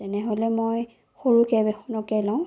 তেনেহ'লে মই সৰু কেব এখনকে লওঁ